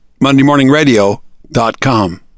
mondaymorningradio.com